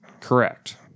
Correct